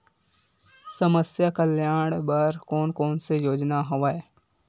समस्या कल्याण बर कोन कोन से योजना हवय?